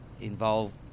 involved